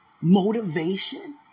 motivation